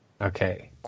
Okay